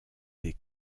des